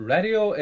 Radio